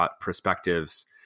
perspectives